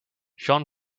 jean